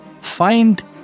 Find